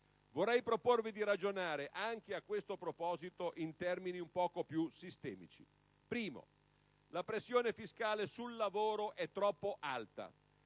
Vorrei proporvi di ragionare anche a questo proposito in termini un po' più sistemici. In primo luogo, la pressione fiscale sul lavoro è troppo alta.